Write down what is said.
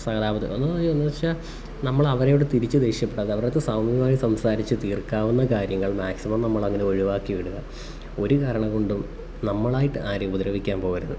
സഹതാപത്തിൽ ഒന്ന് എന്നു വെച്ചാൽ നമ്മളവരോടു തിരിച്ചു ദേശ്യപ്പെടാതെ അവരുടെ അടുത്ത് സൗമ്യമായി സംസാരിച്ചു തീർക്കാവുന്ന കാര്യങ്ങൾ മാക്സിമം നമ്മളങ്ങനൊഴിവാക്കി വിടുക ഒരു കാരണം കൊണ്ടും നമ്മളായിട്ട് ആരെയും ഉപദ്രവിയ്ക്കാൻ പോകരുത്